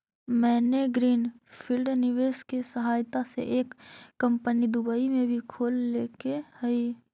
मैंने green field निवेश के सहायता से एक कंपनी दुबई में भी खोल लेके हइ